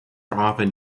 often